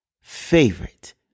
favorite